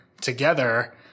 together